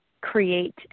create